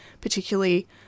particularly